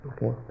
Okay